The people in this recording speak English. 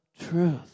truth